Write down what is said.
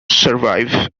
survive